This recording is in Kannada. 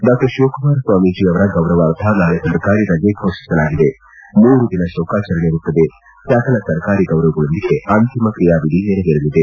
ಡಾ ಶಿವಕುಮಾರ ಸ್ವಾಮೀಜಿ ಅವರ ಗೌರವಾರ್ಥ ನಾಳೆ ಸರ್ಕಾರಿ ರಜೆ ಘೋಷಿಸಲಾಗಿದೆ ಮೂರು ದಿನ ಶೋಕಾಚರಣೆ ಇರುತ್ತದೆ ಸಕಲ ಸರ್ಕಾರಿ ಗೌರವಗಳೊಂದಿಗೆ ಅಂತಿಮ ಕ್ರಿಯಾವಿಧಿ ನೆರವೇರಲಿದೆ